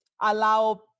allow